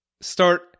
start